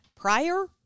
prior